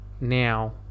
now